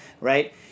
right